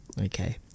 Okay